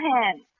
hand